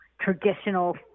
traditional